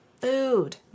food